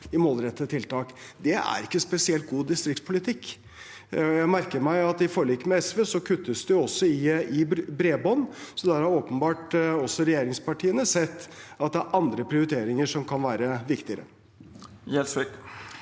i målrettede tiltak. Det er ikke spesielt god distriktspolitikk. Jeg merker meg at i forliket med SV kuttes det også i bredbånd, så der har åpenbart også regjeringspartiene sett at det er andre prioriteringer som kan være viktigere.